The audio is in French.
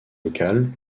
locales